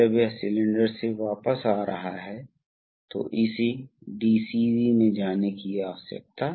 इसलिए इसलिए इस मोटर पर बिजली की मांग कम हो जाती है और अब सिस्टम केवल इस प्रवाह दर से ही फीड किया जाता है ठीक है